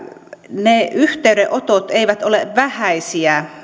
ne yhteydenotot eri tahoilta eivät ole vähäisiä